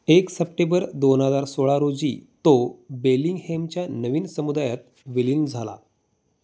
एक सप्टेबर दोन हजार सोळा रोजी तो बेलिंगहेमच्या नवीन समुदायात विलीन झाला